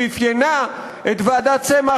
שאפיינה את ועדת צמח,